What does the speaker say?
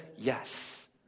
Yes